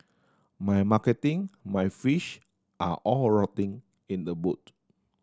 my marketing my fish are all rotting in the boot